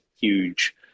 huge